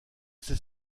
ces